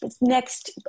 next